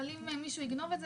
אבל אם מישהו יגנוב את זה,